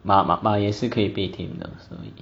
马马马也是可以被 tame 的所以